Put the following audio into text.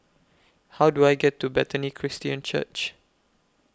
How Do I get to Bethany Christian Church